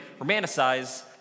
romanticize